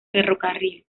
ferrocarril